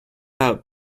out